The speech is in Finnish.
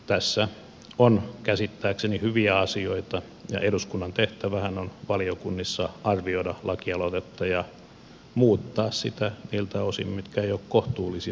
tässä on käsittääkseni hyviä asioita ja eduskunnan tehtävähän on valiokunnissa arvioida lakialoitetta ja muuttaa sitä niiltä osin mitkä eivät ole kohtuullisia yhteiskunnalle